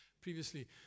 Previously